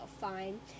fine